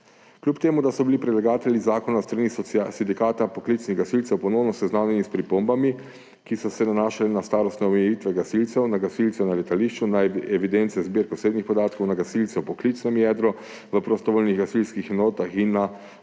Kljub temu da so bili predlagatelji zakona s strani sindikata poklicnih gasilcev ponovno seznanjeni s pripombami, ki so se nanašale na starostno omejitev gasilcev, na gasilce na letališču, na evidence zbirk osebnih podatkov, na gasilce v poklicnem jedru, v prostovoljnih gasilskih enotah in na